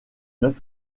neuf